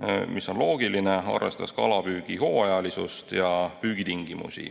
See on loogiline, arvestas kalapüügi hooajalisust ja püügitingimusi.